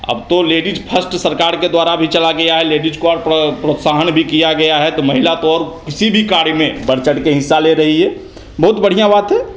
अब तो ladies first सरकार के द्वारा भी चला गया है लेडिज को प्रोत्साहन भी किया गया है तो महिला तो और किसी भी कार्य में बढ़ चढ़कर हिस्सा ले रही हैं बहुत बढ़िया बात है